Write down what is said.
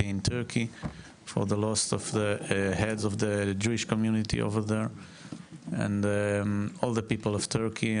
בטורקיה על האבדות בקרב הקהילה היהודית שם ולכל העם הטורקי.